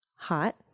Hot